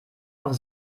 auf